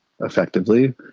effectively